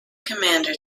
commander